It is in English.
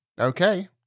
okay